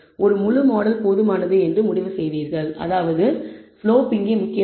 ஒரு முழு மாடல் போதுமானது என்று முடிவு செய்வீர்கள் ஸ்லோப் இங்கே முக்கியமானது